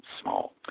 small